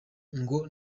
ngo